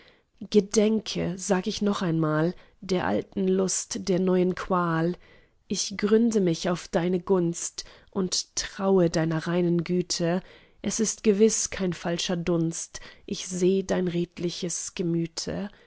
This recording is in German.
gedenke sag ich noch einmal der alten lust der neuen qual ich gründe mich auf deine gunst und traue deiner reinen güte es ist gewiß kein falscher dunst ich seh dein redliches gemüte